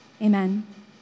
Amen